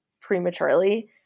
prematurely